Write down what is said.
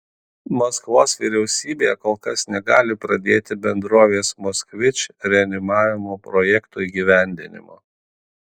maskvos vyriausybė kol kas negali pradėti bendrovės moskvič reanimavimo projekto įgyvendinimo